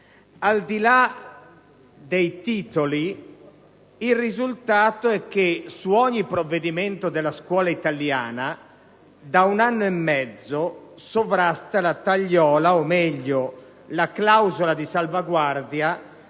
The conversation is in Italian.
Al di là dei titoli, il risultato è che su ogni provvedimento della scuola italiana da un anno e mezzo sovrasta la tagliola o, meglio, la clausola di salvaguardia